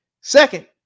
Second